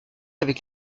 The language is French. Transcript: avec